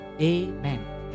Amen